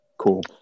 Cool